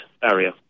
barrier